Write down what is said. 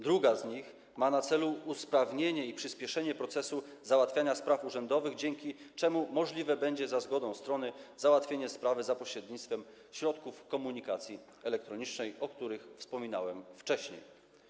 Druga z nich ma na celu usprawnienie i przyspieszenie procesu załatwiania spraw urzędowych, dzięki czemu możliwe będzie, za zgodą strony, załatwienie sprawy za pomocą środków komunikacji elektronicznej, o których wspominałem wcześniej.